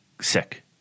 sick